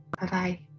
bye-bye